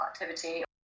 activity